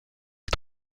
est